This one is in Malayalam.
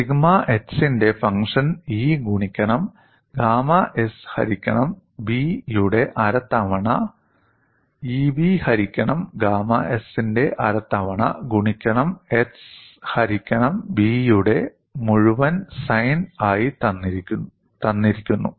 സിഗ്മ X ന്റെ ഫംഗ്ഷൻ E ഗുണിക്കണം ഗാമാ s ഹരിക്കണം b യുടെ അര തവണ "'Eb ഹരിക്കണം ഗാമ s' ന്റെ അര തവണ ഗുണിക്കണം 'x ഹരിക്കണം b'" യുടെ മുഴുവൻ സൈൻ ആയി തന്നിരിക്കുന്നു